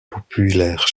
populaire